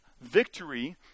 victory